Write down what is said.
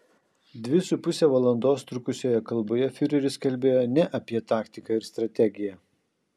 dvi su puse valandos trukusioje kalboje fiureris kalbėjo ne apie taktiką ir strategiją